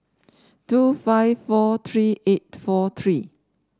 two five four three eight four three